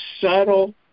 subtle